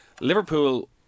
Liverpool